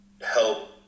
help